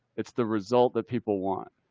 it's the result that people want.